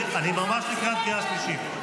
אני ממש לקראת קריאה שלישית.